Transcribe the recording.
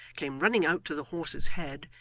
came running out to the horse's head,